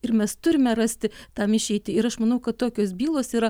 ir mes turime rasti tam išeitį ir aš manau kad tokios bylos yra